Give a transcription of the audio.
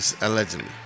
Allegedly